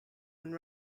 and